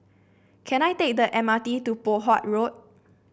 can I take the M R T to Poh Huat Road